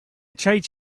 church